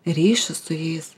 ryšį su jais